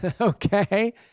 Okay